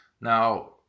Now